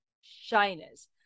shyness